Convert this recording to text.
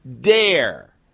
dare